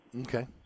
Okay